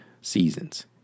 seasons